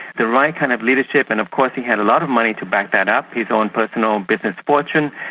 the right kind of leadership, and of course he had a lot of money to back that up his own personal business fortune,